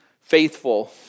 Faithful